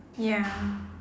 ya